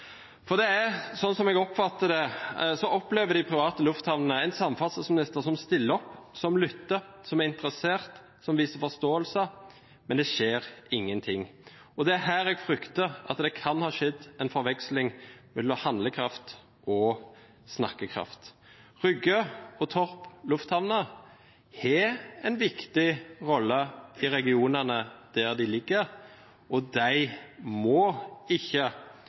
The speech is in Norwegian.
For sånn som jeg oppfatter det, opplever de private lufthavnene en samferdselsminister som stiller opp, som lytter, som er interessert, som viser forståelse – men det skjer ingenting. Det er her jeg frykter at det kan ha skjedd en forveksling mellom handlekraft og snakkekraft. Rygge lufthavn og Torp lufthavn har en viktig rolle i regionene der de ligger, og de må ikke